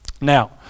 now